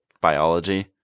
biology